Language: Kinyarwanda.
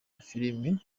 amafilime